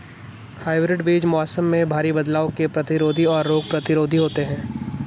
hybrid बीज मौसम में भारी बदलाव के प्रतिरोधी और रोग प्रतिरोधी होते हैं